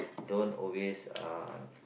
don't always uh